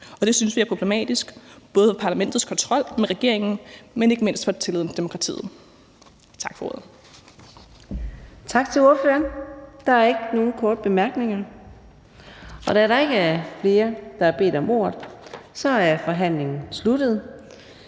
og det synes vi er problematisk, både for parlamentets kontrol med regeringen, men ikke mindst også for tilliden til demokratiet. Tak for ordet. Kl. 18:52 Fjerde næstformand (Karina Adsbøl): Tak til ordføreren. Der er ikke nogen korte bemærkninger. Da der ikke er flere, der har bedt om ordet, er forhandlingen sluttet.